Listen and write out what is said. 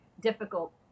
difficult